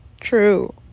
True